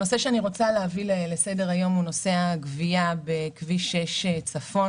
הנושא שאני רוצה להביא לסדר-היום הוא נושא הגבייה בכביש 6 צפון